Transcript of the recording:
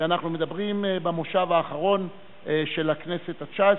שאנחנו מדברים במושב האחרון של הכנסת התשע-עשרה,